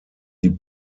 die